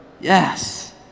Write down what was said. yes